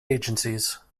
agencies